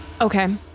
Okay